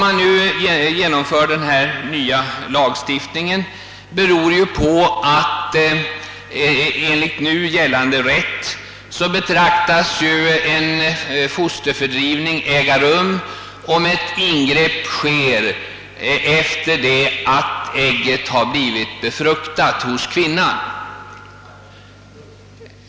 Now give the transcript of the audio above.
Att denna nya lagstiftning genomförs nu beror på att det enligt nu gällande rätt betraktas som fosterfördrivning, när ett ingrepp sker efter det att ägget blivit befruktat hos kvinnan.